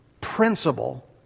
principle